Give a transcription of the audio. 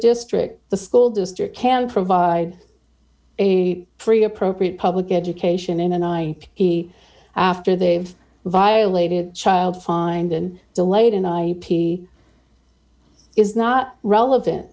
district the school district can provide a free appropriate public education in an i p after they've violated child find and delayed and i p is not relevant